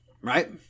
Right